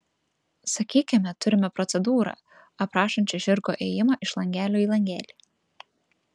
sakykime turime procedūrą aprašančią žirgo ėjimą iš langelio į langelį